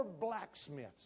blacksmiths